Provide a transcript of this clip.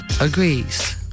agrees